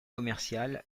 commercial